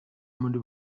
muri